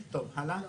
נחל איילון מדרום.